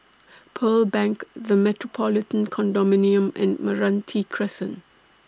Pearl Bank The Metropolitan Condominium and Meranti Crescent